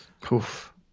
Poof